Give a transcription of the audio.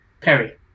Perry